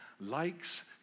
likes